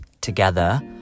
together